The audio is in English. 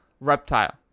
Reptile